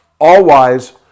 all-wise